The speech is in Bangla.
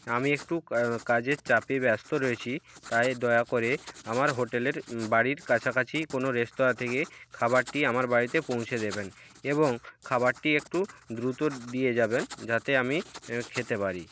আমি একটু কাজের চাপে ব্যস্ত রয়েছি তাই দয়া করে আমার হোটেলের বাড়ির কাছাকাছি কোনো রেস্তোরাঁতে গিয়ে খাবারটি আমার বাড়িতে পৌঁছে দেবেন এবং খাবারটি একটু দ্রুত দিয়ে যাবেন যাতে আমি খেতে পারি